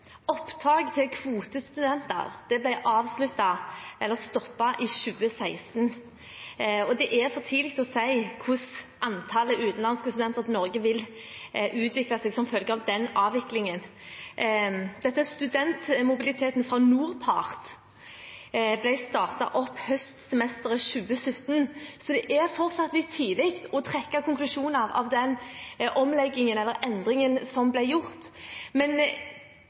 Opptak av kvotestudenter ble stoppet i 2016, og det er for tidlig å si hvordan antallet utenlandske studenter til Norge vil utvikle seg som følge av den avviklingen. Studentmobiliteten fra NORPART ble startet opp høstsemesteret 2017, så det er fortsatt litt tidlig å trekke konklusjoner av den omleggingen eller endringen som ble gjort. Men